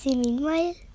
meanwhile